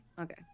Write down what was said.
Okay